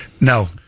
No